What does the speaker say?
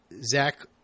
zach